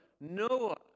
Noah